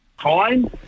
time